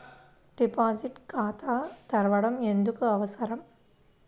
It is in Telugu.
డిపాజిట్ ఖాతా తెరవడం ఎందుకు అవసరం?